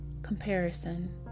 comparison